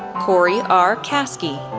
corey r. caskey,